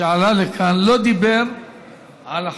שעלה לכאן לא דיבר על החוק.